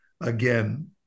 again